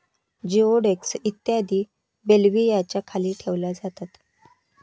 जिओडेक्स इत्यादी बेल्व्हियाच्या खाली ठेवल्या जातात